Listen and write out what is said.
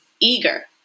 eager